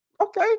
Okay